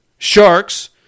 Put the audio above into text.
Sharks